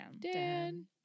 Dan